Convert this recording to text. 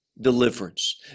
deliverance